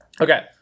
okay